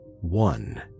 one